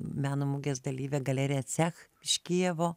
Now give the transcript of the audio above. meno mugės dalyvė galerija cech iš kijevo